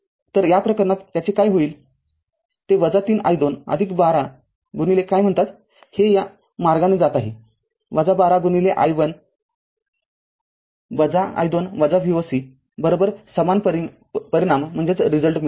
तर या प्रकरणात त्याचे काय होईल ते ३i२१२ काय म्हणतात हे या मार्गाने जात आहे १२ i१ i२ Voc समान परिणाम मिळेल